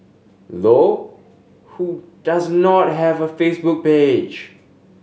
low who does not have a Facebook page